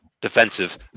defensive